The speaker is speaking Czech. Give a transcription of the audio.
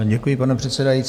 Děkuji, pane předsedající.